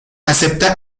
acepta